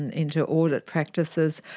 and into audit practices,